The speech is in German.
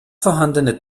vorhandene